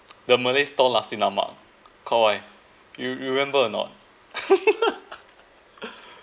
the malay stall nasi lemak Kok Wai you you remember or not